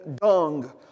dung